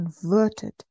converted